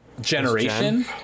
generation